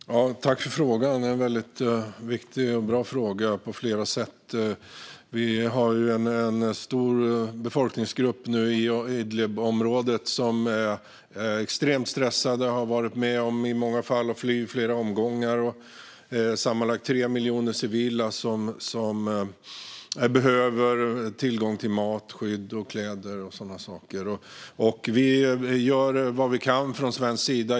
Fru talman! Jag tackar för frågan. Det är en väldigt viktig och bra fråga på flera sätt. Vi har en stor befolkningsgrupp i Idlibområdet som är extremt stressad, med människor som i många fall har varit med om att fly i flera omgångar. Det är sammanlagt 3 miljoner civila som behöver tillgång till mat, skydd, kläder och sådana saker. Vi gör vad vi kan från svensk sida.